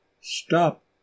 Stop